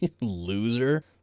Loser